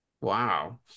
Wow